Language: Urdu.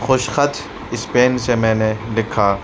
خوش خط اس پین سے میں نے لکھا